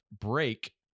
break